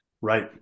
Right